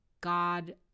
God